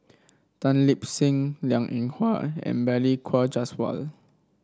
Tan Lip Seng Liang Eng Hwa and Balli Kaur Jaswal